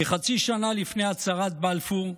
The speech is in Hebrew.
כחצי שנה לפני הצהרת בלפור,